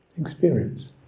experience